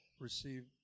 receive